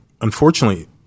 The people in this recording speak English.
unfortunately